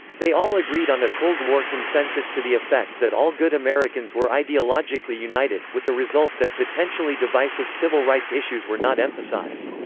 they all agreed on a cold war consensus to the effect that all good americans were ideologically united, with the result that potentially divisive civil rights issues were not emphasized.